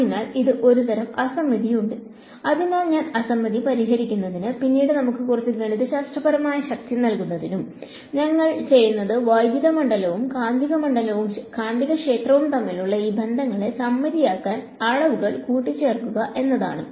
അതിനാൽ അതിൽ ഒരുതരം അസമമിതിയുണ്ട് അതിനാൽ ഈ അസമമിതി പരിഹരിക്കുന്നതിന് പിന്നീട് നമുക്ക് കുറച്ച് ഗണിതശാസ്ത്രപരമായ ശക്തി നൽകുന്നതിന് ഞങ്ങൾ ചെയ്യുന്നത് വൈദ്യുത മണ്ഡലവും കാന്തികക്ഷേത്രവും തമ്മിലുള്ള ഈ ബന്ധങ്ങളെ സമമിതിയാക്കാൻ അളവുകൾ കൂട്ടിച്ചേർക്കുക എന്നതാണ്